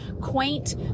quaint